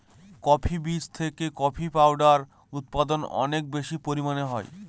coffee বীজ থেকে coffee powder উৎপাদন অনেক বেশি পরিমানে হয়